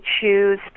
choose